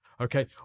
okay